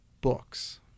books